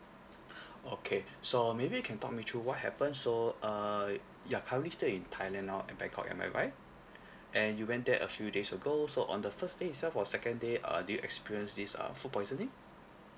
okay so maybe you can talk me through what happened so err you are currently still in thailand now at bangkok am I right and you went there a few days ago so on the first day itself or second day uh do you experience this uh food poisoning